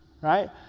right